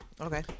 Okay